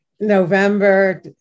November